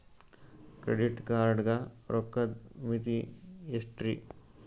Credit card ಗ ರೋಕ್ಕದ್ ಮಿತಿ ಎಷ್ಟ್ರಿ?